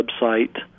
website